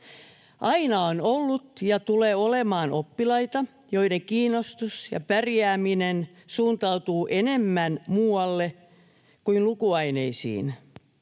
Aina on ollut ja tulee olemaan oppilaita, joiden kiinnostus ja pärjääminen suuntautuvat enemmän muualle kuin lukuaineisiin,